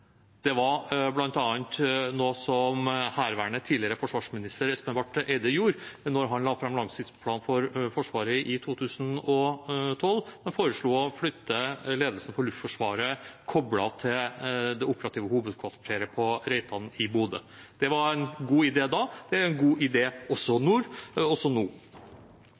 Det var bl.a. noe som herværende tidligere forsvarsminister Espen Barth Eide gjorde da han la fram langtidsplanen for Forsvaret i 2012. Han foreslo å flytte ledelsen for Luftforsvaret og koble den til det operative hovedkvarteret på Reitan i Bodø. Det var en god idé da, det er en god idé også nå. Jeg har også